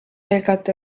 pelgalt